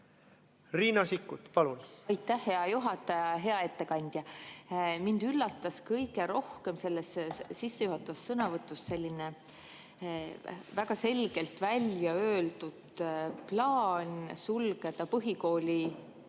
Riina Sikkut, palun! Aitäh, hea juhataja! Hea ettekandja! Mind üllatas selles sissejuhatavas sõnavõtus kõige rohkem selline väga selgelt välja öeldud plaan sulgeda põhikooli